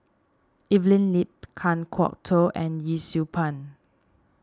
Evelyn Lip Kan Kwok Toh and Yee Siew Pun